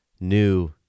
new